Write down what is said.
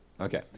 Okay